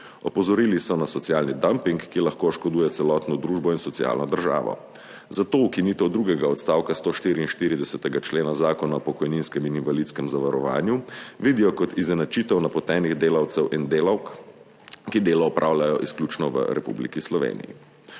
Opozorili so na socialni dumping, ki lahko oškoduje celotno družbo in socialno državo, zato ukinitev drugega odstavka 144. člena Zakona o pokojninskem in invalidskem zavarovanju vidijo kot izenačitev napotenih delavcev in delavk, ki delo opravljajo izključno v Republiki Sloveniji.